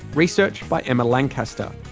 research by emma lancaster.